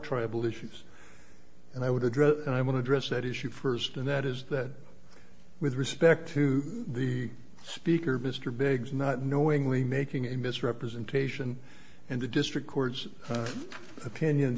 tribal issues and i would address and i want to dress that issue first and that is that with respect to the speaker mr beggs not knowingly making a misrepresentation and the district court's opinion